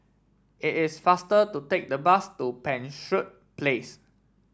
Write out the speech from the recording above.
it is faster to take the bus to Penshurst Place